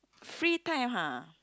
free time ha